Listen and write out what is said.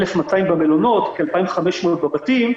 1,200 במלונות, כ-2,500 בבתים,